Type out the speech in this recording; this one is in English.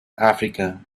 africa